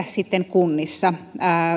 sitten tehdä kunnissa